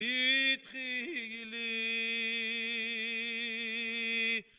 ‫פיתחי לי